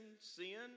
sin